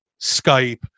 Skype